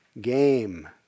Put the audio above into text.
game